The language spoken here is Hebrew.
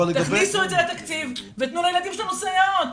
תכניסו את זה לתקציב ותנו לילדים שלנו סייעות.